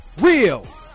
real